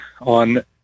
on